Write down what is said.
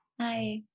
Hi